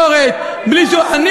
בלי שום ביקורת.